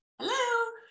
hello